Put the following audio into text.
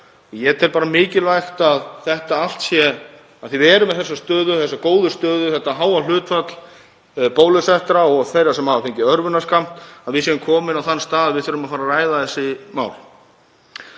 Ég tel bara mikilvægt að þetta allt sé skoðað og tel, af því við erum með þessa góðu stöðu, þetta háa hlutfall bólusettra og þeirra sem hafa fengið örvunarskammt, að við séum komin á þann stað að við þurfum að fara að ræða þessi mál.